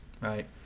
right